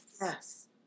Yes